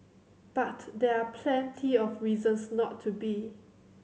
but there are plenty of reasons not to be